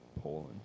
Poland